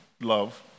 love